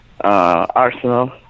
Arsenal